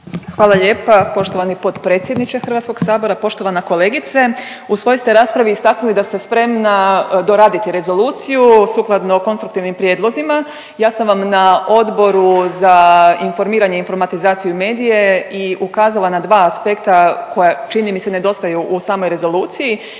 Hvala lijepa poštovani potpredsjedniče Hrvatskog sabora. Poštovana kolegice, u svojoj ste raspravi istaknuli da ste spremna doraditi rezoluciju sukladno konstruktivnim prijedlozima. Ja sam vam na Odboru za informiranje, informatizaciju i medije i ukazala na dva aspekta koja čini mi se nedostaju u samoj rezoluciji.